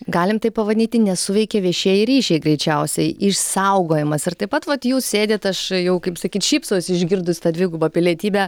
galim taip pavadinti nesuveikė viešieji ryšiai greičiausiai išsaugojimas ir taip pat vat jūs sėdit aš jau kaip sakyt šypsausi jau išgirdus tą dvigubą pilietybę